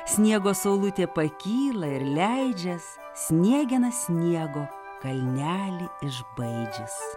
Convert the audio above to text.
sniego saulutė pakyla ir leidžias sniegena sniego kalnelį išbaidžius